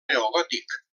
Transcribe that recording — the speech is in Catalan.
neogòtic